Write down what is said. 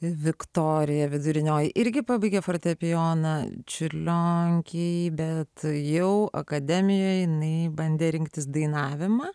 viktorija vidurinioji irgi pabaigė fortepijoną čiurlionkėj bet jau akademijoje nei bandė rinktis dainavimą